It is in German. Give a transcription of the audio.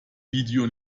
video